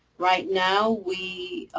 right now, we,